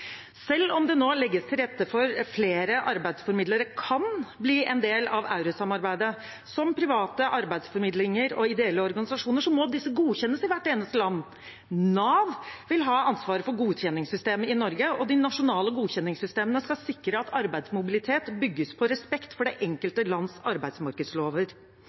Selv om det nå legges til rette for at flere arbeidsformidlere kan bli en del av EURES-samarbeidet, som private arbeidsformidlinger og ideelle organisasjoner, må disse godkjennes i hvert eneste land. Nav vil ha ansvaret for godkjenningssystemet i Norge, og de nasjonale godkjenningssystemene skal sikre at arbeidsmobilitet bygges på respekt for det enkelte lands arbeidsmarkedslover.